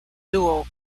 duo